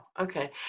Okay